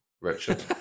Richard